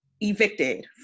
evicted